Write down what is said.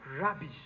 rubbish